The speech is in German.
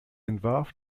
entwarf